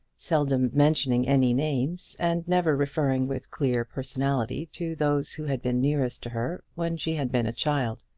seldom mentioning any names, and never referring with clear personality to those who had been nearest to her when she had been a child.